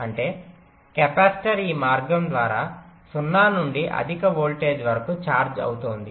అంటే కెపాసిటర్ ఈ మార్గం ద్వారా 0 నుండి అధిక వోల్టేజ్ వరకు ఛార్జ్ అవుతోంది